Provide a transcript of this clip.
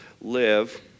live